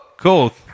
Cool